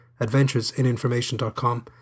adventuresininformation.com